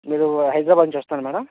మీరు హైదరాబాద్ నుంచి వస్తున్నారా మ్యాడమ్